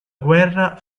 guerra